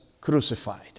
crucified